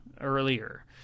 earlier